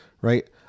right